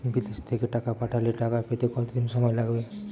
বিদেশ থেকে টাকা পাঠালে টাকা পেতে কদিন সময় লাগবে?